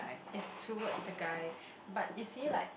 is towards the guy but is he like